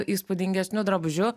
įspūdingesniu drabužiu